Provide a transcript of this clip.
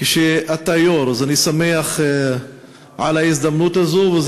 כשאתה יו"ר, אז אני שמח על ההזדמנות הזאת.